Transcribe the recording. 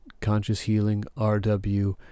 ConsciousHealingRW